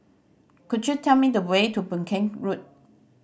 could you tell me the way to Boon Keng Road